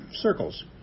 circles